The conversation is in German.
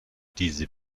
diese